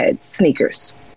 sneakers